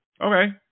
Okay